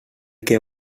que